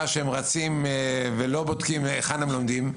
שהם רצים ולא בודקים היכן הם לומדים.